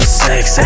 sex